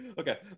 Okay